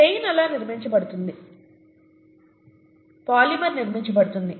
chain అలా నిర్మించబడుతుంది polymer నిర్మించబడుతుంది